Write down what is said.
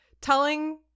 telling